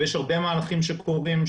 יש הרבה מהלכים שקורים,